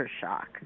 shock